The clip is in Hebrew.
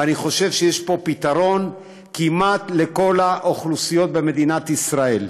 ואני חושב שיש פה פתרון כמעט לכל האוכלוסיות במדינת ישראל.